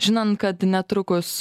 žinant kad netrukus